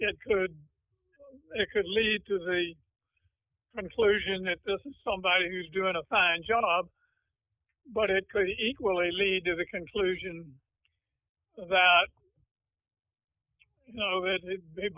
correct it could it could lead to the conclusion that this is somebody who's doing a fine job but it could be equally lead to the conclusion that you know it is they